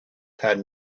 had